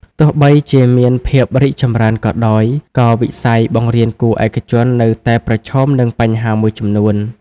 ទោះបីជាមានភាពរីកចម្រើនក៏ដោយ ក៏វិស័យបង្រៀនគួរឯកជននៅតែប្រឈមនឹងបញ្ហាមួយចំនួន។